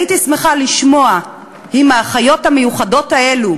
הייתי שמחה לשמוע אם האחיות המיוחדות האלה